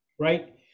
right